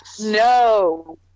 No